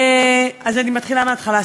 אז אני מתחילה מההתחלה.